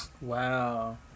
Wow